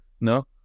no